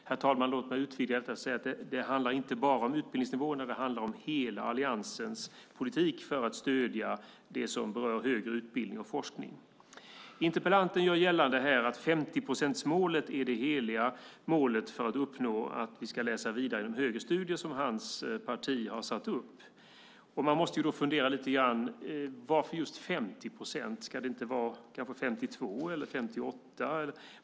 Herr talman! Låt mig utvidga det och säga att det inte bara handlar om utbildningsnivåerna utan om alliansens hela politik för att stödja det som berör högre utbildning och forskning. Interpellanten gör gällande att 50-procentsmålet är det heliga mål som hans parti har satt upp för att vi ska läsa vidare inom högre studier. Man måste då fundera lite grann på varför det ska vara just 50 procent. Ska det inte vara 52 procent eller 58 procent?